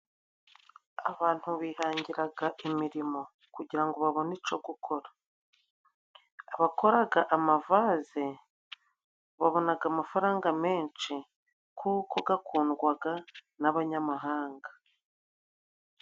Abantu bihangiraga imirimo, kugira ngo babone ico gukora abakoraga amavase, babonaga amafaranga menshi kuko gakundwaga n'abanyamahanga.